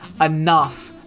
enough